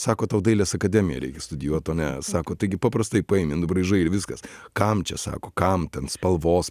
sako tau dailės akademiją reikia studijuot o ne sako taigi paprastai paimi nubraižai ir viskas kam čia sako kam ten spalvos